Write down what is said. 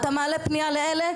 אתה מעלה פנייה לאלה,